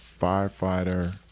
firefighter